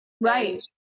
right